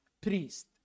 priest